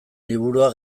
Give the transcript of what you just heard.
liburua